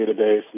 database